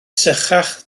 sychach